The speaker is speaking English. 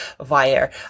via